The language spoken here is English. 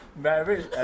Marriage